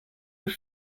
were